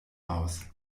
aus